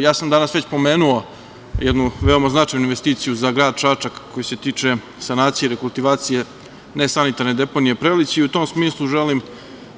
Danas sam već pomenuo jednu veoma značajnu investiciju za grad Čačak koja se tiče sanacije i rekultivacije nesanitarne deponije „Prelići“ i u tom smislu želim